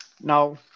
Now